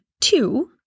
two